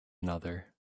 another